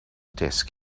desk